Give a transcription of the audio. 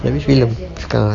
dah habis film sekarang ah